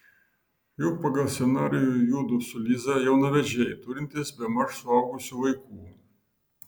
juk pagal scenarijų judu su liza jaunavedžiai turintys bemaž suaugusių vaikų